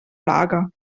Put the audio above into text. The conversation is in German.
lager